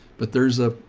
but there's a,